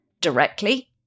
directly